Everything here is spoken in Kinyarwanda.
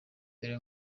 ibyo